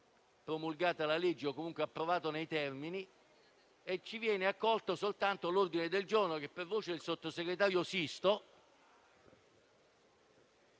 promulgata la legge o venisse approvato nei termini. Viene accolto soltanto l'ordine del giorno che il Governo, per voce del sottosegretario Sisto,